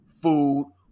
food